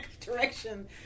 direction